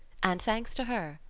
and, thanks to her,